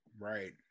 right